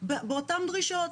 באותן דרישות.